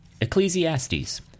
Ecclesiastes